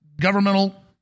governmental